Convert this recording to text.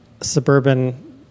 suburban